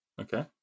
Okay